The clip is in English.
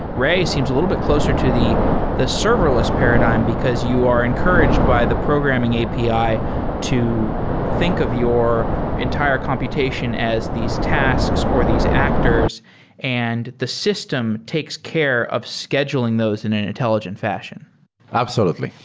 ray seems a little bit closer to the the serverless paradigm, because you are encouraged by the programming api to think of your entire computation as these tasks or these actors and the system takes care of scheduling those in an intelligent fashion absolutely.